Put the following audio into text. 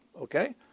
okay